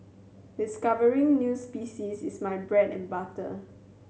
discovering new species is my bread and butter